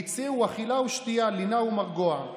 והציעו אכילה ושתייה, לינה ומרגוע.